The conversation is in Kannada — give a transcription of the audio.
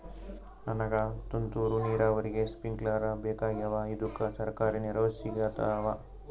ನನಗ ತುಂತೂರು ನೀರಾವರಿಗೆ ಸ್ಪಿಂಕ್ಲರ ಬೇಕಾಗ್ಯಾವ ಇದುಕ ಸರ್ಕಾರಿ ನೆರವು ಸಿಗತ್ತಾವ?